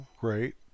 great